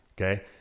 Okay